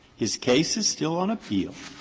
his case is still on appeal.